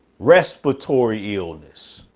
respiratory illness,